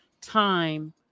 time